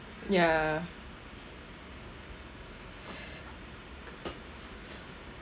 ya